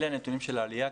אלה הנתונים של העלייה,